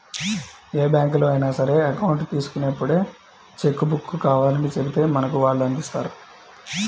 ఏ బ్యాంకులో అయినా సరే అకౌంట్ తీసుకున్నప్పుడే చెక్కు బుక్కు కావాలని చెబితే మనకు వాళ్ళు అందిస్తారు